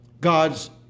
God's